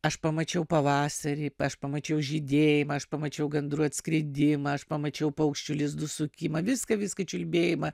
aš pamačiau pavasarį aš pamačiau žydėjimą aš pamačiau gandrų atskridimą aš pamačiau paukščių lizdų sukimą viską viską čiulbėjimą